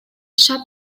shop